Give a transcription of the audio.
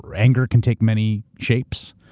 anger can take many shapes.